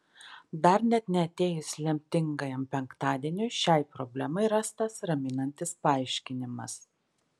dar net neatėjus lemtingajam penktadieniui šiai problemai rastas raminantis paaiškinimas